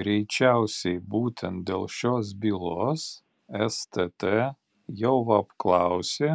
greičiausiai būtent dėl šios bylos stt jau apklausė